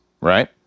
right